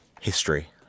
history